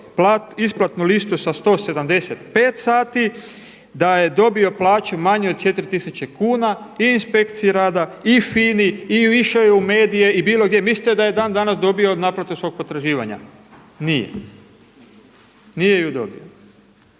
isplatnu listu sa 175 sati, da je dobio plaću manju od 4 tisuće kuna. I inspekciji rada i FINA-i i išao je u medije i bilo gdje. Mislite da je dan danas dobio naplatu svog potraživanja? Nije. Nije ju dobio